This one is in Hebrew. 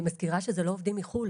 אני מזכירה שאלה לא עובדים מחו"ל.